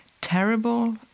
terrible